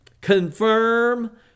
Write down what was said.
confirm